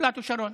פלאטו שרון,